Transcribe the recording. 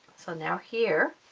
so now here